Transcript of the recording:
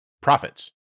profits